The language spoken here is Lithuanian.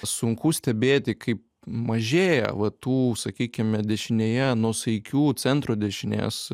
sunku stebėti kaip mažėja va tų sakykime dešinėje nuosaikių centro dešinės